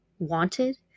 wanted